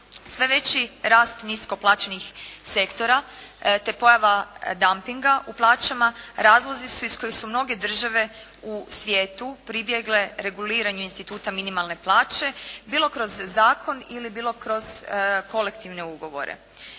Sve veći rast nisko plaćenih sektora, te pojava dampinga u plaćama razlozi su iz kojih su mnoge države u svijetu pribjegle reguliranju instituta minimalne plaće, bilo kroz zakon ili bilo kroz kolektivne ugovore.